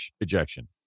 ejection